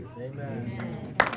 Amen